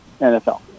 NFL